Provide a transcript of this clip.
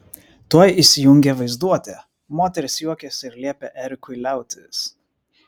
tuoj įsijungė vaizduotė moteris juokėsi ir liepė erikui liautis